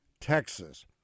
Texas